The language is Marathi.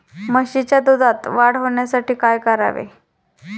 म्हशीच्या दुधात वाढ होण्यासाठी काय करावे?